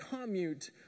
commute